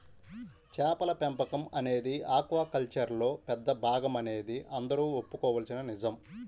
చేపల పెంపకం అనేది ఆక్వాకల్చర్లో పెద్ద భాగమనేది అందరూ ఒప్పుకోవలసిన నిజం